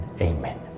amen